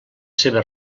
seves